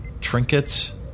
Trinkets